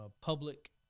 public